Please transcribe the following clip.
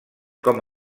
com